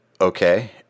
okay